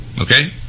Okay